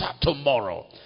tomorrow